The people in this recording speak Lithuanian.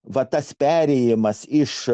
va tas perėjimas iš